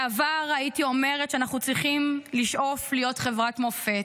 בעבר הייתי אומרת שאנחנו צריכים לשאוף להיות חברת מופת.